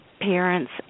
parents